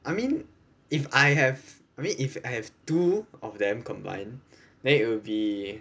I mean if I have I mean if I have two of them combined then it will be